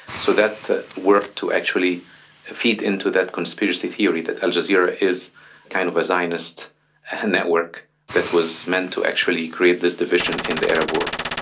so that worked to actually feed into that conspiracy theory, that al jazeera is kind of a zionist and network that was meant to actually create this division in the arab world.